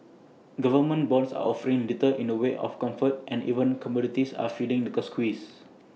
government bonds are offering little in the way of comfort and even commodities are feeling the girl squeeze